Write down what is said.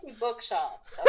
bookshops